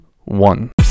one